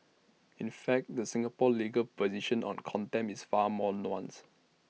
in fact the Singapore legal position on contempt is far more nuanced